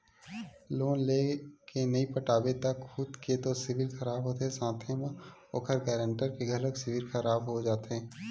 loan लेय के नइ पटाबे त खुद के तो सिविल खराब होथे साथे म ओखर गारंटर के घलोक सिविल खराब हो जाथे